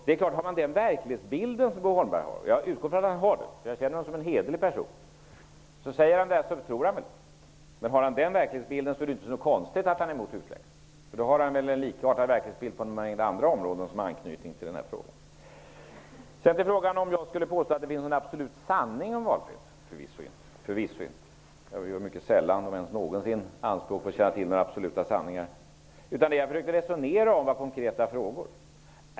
Det är klart att om man har den verklighetsbild som Bo Holmberg har -- och jag utgår ifrån att han verkligen har den, eftersom jag känner honom som en hederlig person -- så tror han väl att det är så. Med den verklighetsbilden är det inte så konstigt att han är emot husläkarna. Då har han väl en likartad verklighetsbild när det gäller en rad andra områden som har anknytning till den här frågan. Jag skulle ha påstått att det fanns någon absolut sanning om valfriheten. Det finns det förvisso inte. Jag gör mycket sällan, om ens någonsin, anspråk på att känna till några absoluta sanningar. Det jag försökte att resonera om var konkreta frågor.